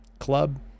club